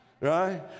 Right